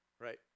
right